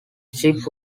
ship